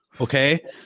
Okay